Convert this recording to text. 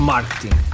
Marketing